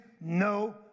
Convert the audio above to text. no